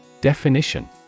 Definition